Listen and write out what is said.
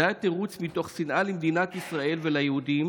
זה היה תירוץ מתוך שנאה למדינת ישראל וליהודים